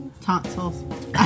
Tonsils